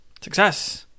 Success